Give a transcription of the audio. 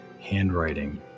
handwriting